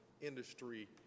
industry